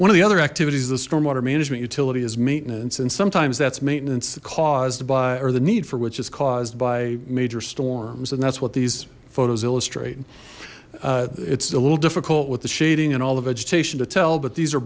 one of the other activities the stormwater management utility is maintenance and sometimes that's maintenance caused by or the need for which is caused by major storms and that's what these photos illustrate it's a little difficult with the shading and all the vegetation to tell but these are